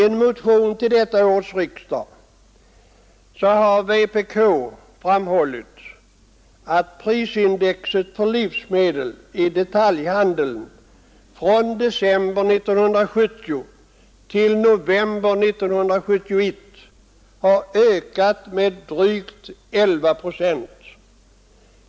I en motion till detta års riksdag har vänsterpartiet kommunisterna framhållit att prisindex på livsmedel i detaljhandeln från december 1970 till november 1971 har ökat med drygt 11 procent.